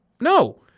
No